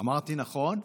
אמרתי נכון?